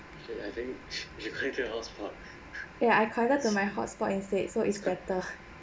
yeah I connected to my hotspot instead so it's better